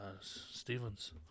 Stevens